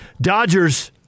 Dodgers